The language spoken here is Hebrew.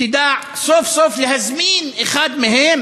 תדע סוף-סוף להזמין אחד מהם